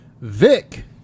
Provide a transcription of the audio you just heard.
Vic